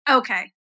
Okay